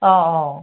অ অ